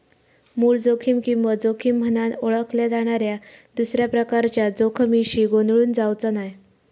मूळ जोखीम किंमत जोखीम म्हनान ओळखल्या जाणाऱ्या दुसऱ्या प्रकारच्या जोखमीशी गोंधळून जावचा नाय